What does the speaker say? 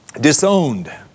disowned